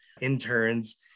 interns